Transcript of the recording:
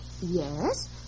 yes